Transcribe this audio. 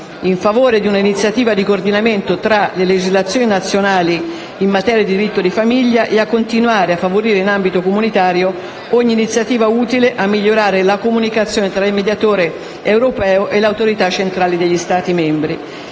in favore di un'iniziativa di coordinamento tra le legislazioni nazionali in materia di diritto di famiglia e a continuare a favorire in ambito comunitario ogni iniziativa utile a migliorare la comunicazione tra il mediatore europeo e le Autorità centrali degli Stati membri;